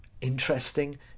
interesting